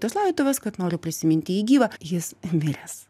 tos laidotuves kad noriu prisiminti jį gyvą jis miręs